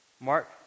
Mark